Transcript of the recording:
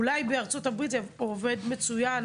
אולי בארצות הברית זה עובד מצוין,